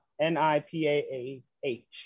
N-I-P-A-A-H